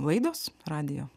laidos radijo